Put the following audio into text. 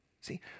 See